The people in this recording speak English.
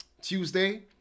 Tuesday